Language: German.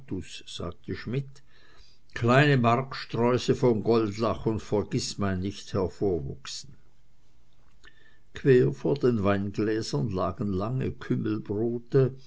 sagte schmidt kleine marktsträuße von goldlack und vergißmeinnicht hervorwuchsen quer vor den weingläsern lagen lange kümmelbrote